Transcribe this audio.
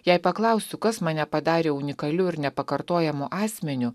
jei paklaustų kas mane padarė unikaliu ir nepakartojamu asmeniu